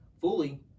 fully